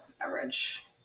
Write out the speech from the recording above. average